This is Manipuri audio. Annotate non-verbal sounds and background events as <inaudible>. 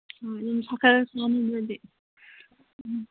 <unintelligible>